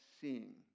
seeing